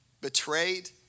betrayed